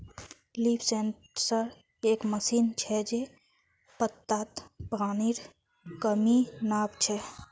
leaf sensor एक machine छ जे पत्तात पानीर कमी नाप छ